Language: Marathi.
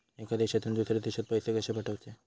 एका देशातून दुसऱ्या देशात पैसे कशे पाठवचे?